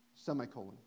semicolon